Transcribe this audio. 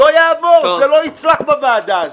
לא יעבור ולא יצלח בוועדה זו.